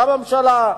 גם הממשלה,